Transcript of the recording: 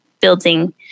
building